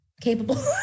capable